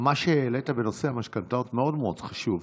מה שהעלית בנושא המשכנתאות מאוד מאוד חשוב.